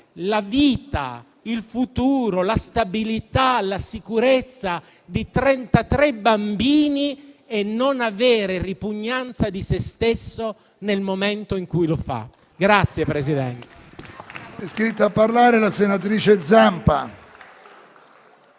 la vita, il futuro, la stabilità, la sicurezza di 33 bambini e non avere ripugnanza di se stesso nel momento in cui lo fa.